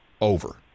over